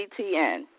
CTN